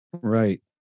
Right